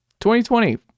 2020